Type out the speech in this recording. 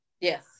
Yes